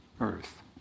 earth